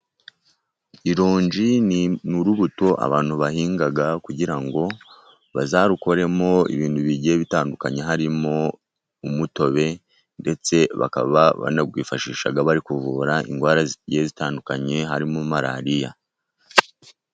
Irongi nurubuto abantu bahinga kugira ngo bazarukoremo ibintu bigiye bitandukanye harimo umutobe ndetse bakaba banarwifashisha bari kuvura indwara zigiye zitandukanye harimo malariya.